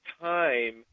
time